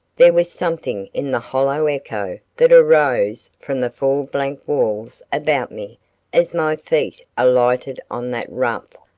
there was something in the hollow echo that arose from the four blank walls about me as my feet alighted on that rough,